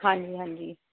ਹਾਂਜੀ ਹਾਂਜੀ